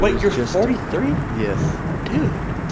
but you're you're forty three? yes dude,